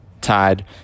tied